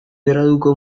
graduko